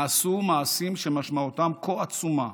נעשו מעשים שמשמעותם כה עצומה,